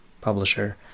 publisher